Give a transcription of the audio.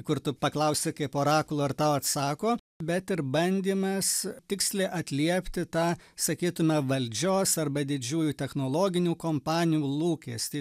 kur tu paklausi kaip orakulo ir tau atsako bet ir bandymas tiksliai atliepti tą sakytume valdžios arba didžiųjų technologinių kompanijų lūkestį